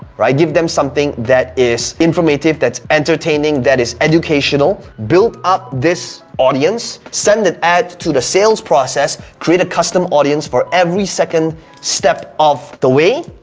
right? give them something that is informative, that's entertaining, that is educational. build up this audience. send the ad to the sales process. create a custom audience for every second step of the way,